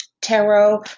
Tarot